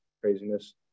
craziness